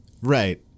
Right